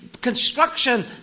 construction